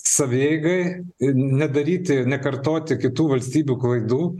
savieigai ir nedaryti nekartoti kitų valstybių klaidų